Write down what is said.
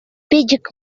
пӗчӗк